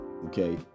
okay